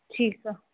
ठीकु आहे